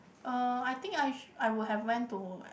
uh I think I I would have went to like